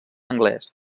anglès